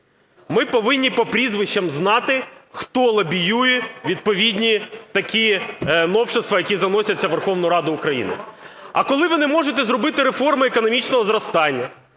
Ми повинні по прізвищам знати, хто лобіює відповідні такі новшества, які заносяться в Верховну Раду України. А коли ви не можете зробити реформу економічного зростання?